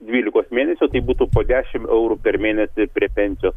dvylikos mėnesių tai būtų po dešimt eurų per mėnesį prie pensijos